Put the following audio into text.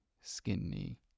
Skinny